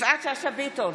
יפעת שאשא ביטון,